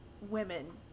women